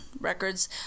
Records